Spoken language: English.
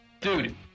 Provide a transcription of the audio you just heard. dude